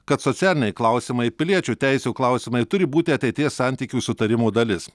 kad socialiniai klausimai piliečių teisių klausimai turi būti ateities santykių sutarimo dalis